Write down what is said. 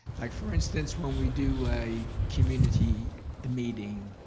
like for instance when we do a community meeting